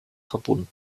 verbunden